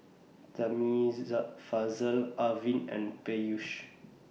Arvind and Peyush